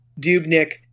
Dubnik